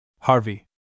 Harvey